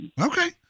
Okay